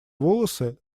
волосы